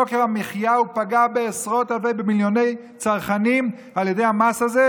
יוקר המחיה פגע במיליוני צרכנים על ידי המס הזה,